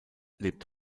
lebt